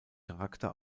charakter